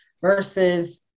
versus